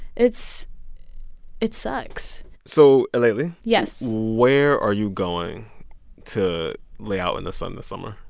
it's it sucks so, aleli. yes? where are you going to lay out in the sun this summer?